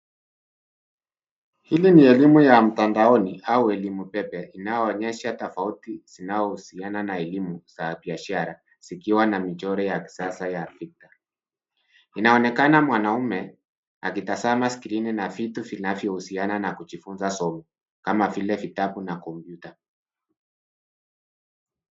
Hili ni elimu ya mtandaoni au elimu pepe inayoonyesha tofauti zinazowasiliana na elimu za biashara zikiwa na michoro ya kisasa ya rinda. Inaonekana mwanaume akitazama skrini na vitu vinavyohusiana na kujifunza somo kama vile vitabu na kompyuta.